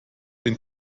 den